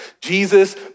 Jesus